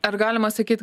ar galima sakyt